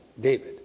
David